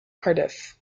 cardiff